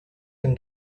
him